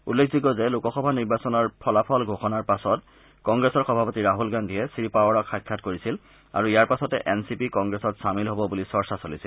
উল্লেখযোগ্য যে লোকসভা নিৰ্বাচনৰ ফলাফল ঘোষণাৰ পাছত কংগ্ৰেছৰ সভাপতি ৰাহুল গান্ধীয়ে শ্ৰীপাৱাৰক সাক্ষাৎ কৰিছিল আৰু ইয়াৰ পাছতে এন চি পি কংগ্ৰেছত চামিল হ'ব বুলি চৰ্চা চলিছিল